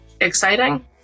exciting